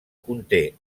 conté